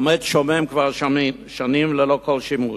והוא עומד שומם כבר שנים ללא כל שימוש.